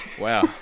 Wow